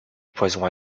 poison